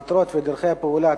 (מטרות ודרכי פעולה),